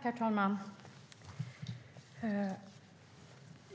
Herr talman!